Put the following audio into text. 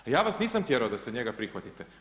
A ja vas nisam tjerao da se njega prihvatite.